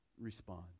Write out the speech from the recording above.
respond